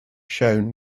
shown